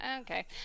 Okay